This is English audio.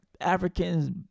Africans